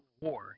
war